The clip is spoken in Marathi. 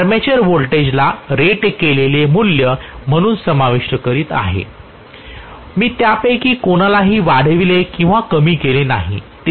मी आर्मेचर व्होल्टेजला रेट केलेले मूल्य म्हणून समाविष्ट करीत आहे मी त्यापैकी कोणालाही वाढविले किंवा कमी केले नाही